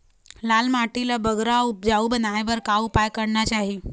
लाल माटी ला बगरा उपजाऊ बनाए बर का उपाय करेक चाही?